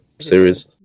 series